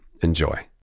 Enjoy